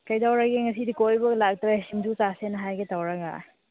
ꯀꯩꯗꯧꯔꯒꯦ ꯉꯁꯤꯗꯤ ꯀꯣꯏꯕꯒ ꯂꯥꯛꯇ꯭ꯔꯦ ꯁꯤꯡꯖꯨ ꯆꯥꯁꯦꯅ ꯍꯥꯏꯒꯦ ꯇꯧꯔꯒ